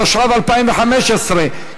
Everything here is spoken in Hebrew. התשע"ו 2015,